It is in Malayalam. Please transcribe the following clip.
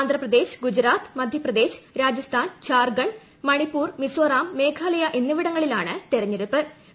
ആന്ധ്രപ്രദേശ് ഗുജറാത്ത് മധ്യപ്രദേശ് ് രാജസ്ഥാൻ ഝാർഖണ്ഡ് മണിപ്പൂർ മിസോറം മേഘാലയ എന്നിവിടങ്ങളിലാണ് തിരഞ്ഞെടുപ്പ് ് നടന്നത്